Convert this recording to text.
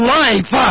life